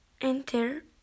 enter